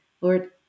Lord